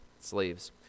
slaves